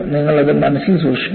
നിങ്ങൾ അത് മനസ്സിൽ സൂക്ഷിക്കണം